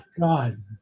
God